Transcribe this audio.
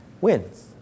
wins